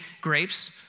grapes